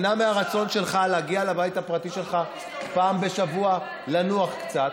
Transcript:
תימנע מהרצון שלך להגיע לבית הפרטי שלך פעם בשבוע לנוח קצת.